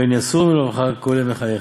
'ופן יסורו מלבבך כל ימי חייך',